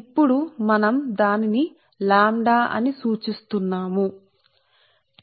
మేము దానిని ఇప్పుడు లాంబ్డా ƛ చేత సూచిస్తున్నాము సరే